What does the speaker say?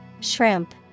Shrimp